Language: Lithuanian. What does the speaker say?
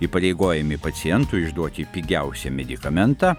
įpareigojami pacientui išduoti pigiausią medikamentą